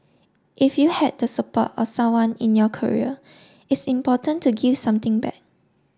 if you had the support of someone in your career it's important to give something back